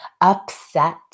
upset